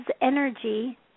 energy